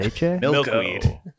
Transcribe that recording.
Milkweed